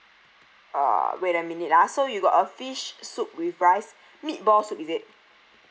uh wait a minute ah so you got a fish soup with rice meat ball soup is it